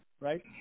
right